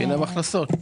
אין הכנסות.